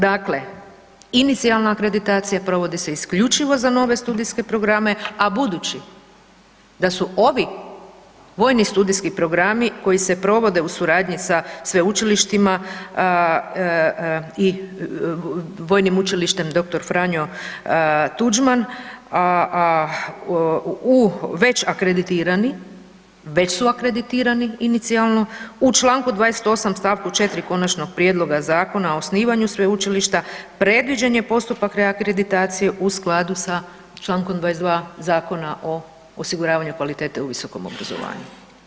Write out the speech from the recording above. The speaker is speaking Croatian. Dakle, inicijalna akreditacija provodi se isključivo za nove studijske programe, a budući da su ovi vojni studijski programi koji se provode u suradnji sa sveučilištima i Vojnim učilištem dr. Franjo Tuđman, a u već akreditirani, već su akreditirani, inicijalno, u čl. 28 st. 4 Konačnog prijedloga Zakona o osnivanju Sveučilišta, predviđen je postupak akreditacije u skladu s čl. 22 Zakona o osiguranju kvalitete u visokom obrazovanju.